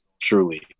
truly